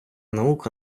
наука